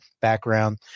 background